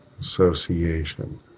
association